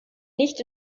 nicht